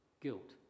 guilt